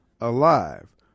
alive